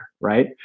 right